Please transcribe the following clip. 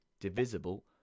divisible